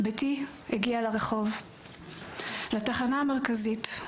בתי הגיעה לרחוב לתחנה המרכזית,